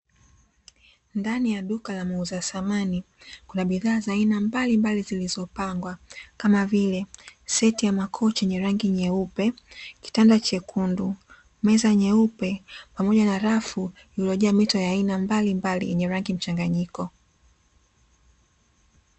Ndani ya duka la muuza thamani, la bidhaa mbalimbali zilizopangwa, kama vile; seti ya makochi yenye rangi nyeupe, kitanda chekundu, meza nyeupe, pamoja na rafu iliyojaa mito ya aina mbalimbali yenye rangi mchanganyiko.